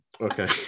okay